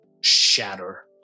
shatter